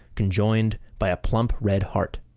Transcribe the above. conjoined by a plump red heart.